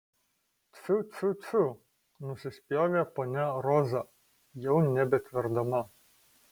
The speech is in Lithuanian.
tfiu tfiu tfiu nusispjovė ponia roza jau nebetverdama